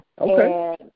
Okay